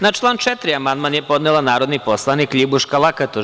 Na član 4. amandman je podnela narodni poslanik LJibuška Lakatoš.